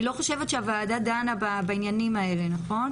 אני לא חושבת שהוועדה דנה בעניינים האלה, נכון?